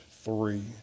three